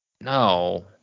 No